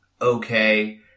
okay